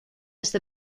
este